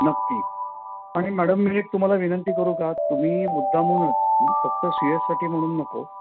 नक्की आणि मॅडम मी एक तुम्हाला विनंती करू का तुम्ही मुद्दाम होऊनच फक्त सुयशसाठी म्हणून नको